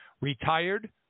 retired